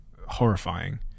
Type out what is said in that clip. horrifying